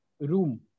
room